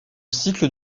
cycle